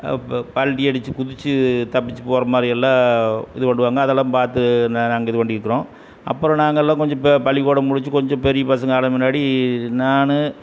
பல்டி அடித்து குதித்து தப்பித்து போகிற மாதிரியெல்லாம் இது பண்ணுவாங்க அதெல்லாம் பார்த்து நாங்கள் இது பண்ணிருக்கிறோம் அப்புறம் நாங்கெல்லாம் கொஞ்சம் பள்ளிக்கூடம் முடித்து கொஞ்சம் பெரிய பசங்க ஆன பின்னாடி நான்